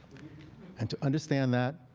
and to understand that,